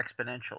exponentially